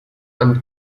and